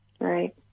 Right